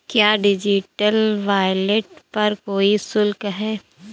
क्या digital wallet पर कोई शुल्क है?